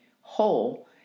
whole